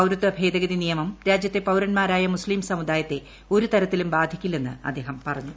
പൌരത്യൂട്ട് ട്ട്രേദ്ഗതി നിയമം രാജ്യത്തെ പൌരന്മാരായ മുസ്തീം സമുദായത്ത്പെട്ടുരു് തരത്തിലും ബാധിക്കില്ലെന്ന് അദ്ദേഹം പറഞ്ഞു